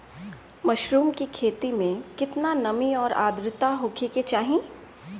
Mushroom की खेती में केतना नमी और आद्रता होखे के चाही?